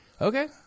okay